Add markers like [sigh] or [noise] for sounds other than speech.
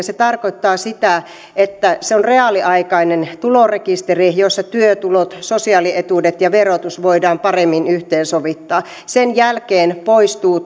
[unintelligible] se tarkoittaa sitä että se on reaaliaikainen tulorekisteri jossa työtulot sosiaalietuudet ja verotus voidaan paremmin yhteensovittaa sen jälkeen poistuu [unintelligible]